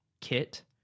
kit